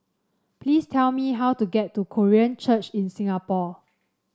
please tell me how to get to Korean Church in Singapore